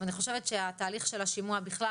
אני חושבת שהתהליך של השימוע בכלל,